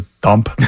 dump